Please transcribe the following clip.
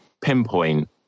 pinpoint